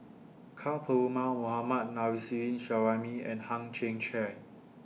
Ka Perumal Mohammad Nurrasyid Juraimi and Hang Chang Chieh